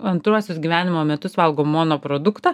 antruosius gyvenimo metus valgo mono produktą